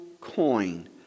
coin